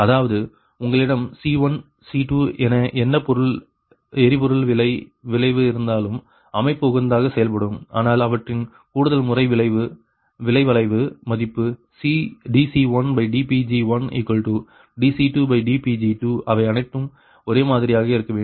அதாவது உங்களிடம் C1C2 என என்ன எரிபொருள் விலை வளைவு இருந்தாலும் அமைப்பு உகந்ததாக செயல்படும் ஆனால் அவற்றின் கூடுதல்முறை விலை வளைவு மதிப்பு dC1dPg1dC2dPg2 அவை அனைத்தும் ஒரே மாதிரியாக இருக்க வேண்டும்